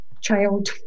child